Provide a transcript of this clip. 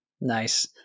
nice